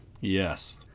Yes